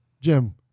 Jim